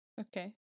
Okay